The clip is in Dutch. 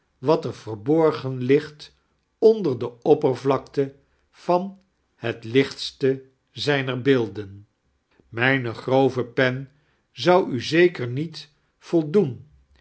wat er verborgen ligt ondler de oppervlakt van het lichtste zijner beelden mijn grove pen zou u zeker niet voldoen